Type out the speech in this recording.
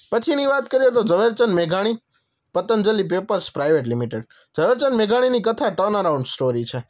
પછીની વાત કરીએ તો ઝવેરચંદ મેઘાણી Patanjali papers private limited Jhaverchand મેઘાણીની કથા ટર્ન અરાઉન્ડ સ્ટોરી છે